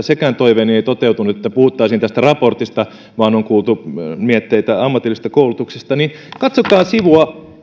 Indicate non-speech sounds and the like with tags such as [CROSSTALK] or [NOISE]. [UNINTELLIGIBLE] sekään toiveeni ei toteutunut että puhuttaisiin tästä raportista vaan on kuultu mietteitä ammatillisesta koulutuksesta niin katsokaa sivua